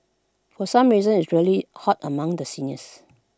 for some reason is really hot among the seniors